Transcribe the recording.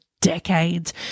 Decades